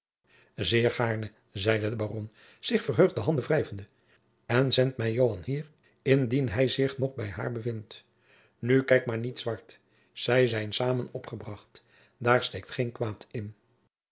zeer gaarne zeide de baron zich verheugd de handen wrijvende en zend mij joan hier indien hij zich nog bij haar bevindt nu kijk maar niet zwart zij zijn samen opgebracht daar steekt geen kwaad in